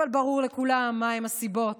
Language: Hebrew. אבל ברור לכולם מהן הסיבות